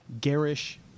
garish